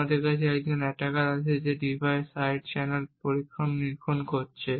আমাদের কাছে একজন অ্যাটাকার আছে যে ডিভাইস সাইড চ্যানেল নিরীক্ষণ করছে